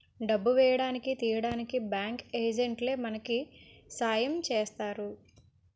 డబ్బు వేయడానికి తీయడానికి బ్యాంకు ఏజెంట్లే మనకి సాయం చేస్తారు